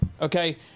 Okay